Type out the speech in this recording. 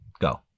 Go